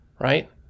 Right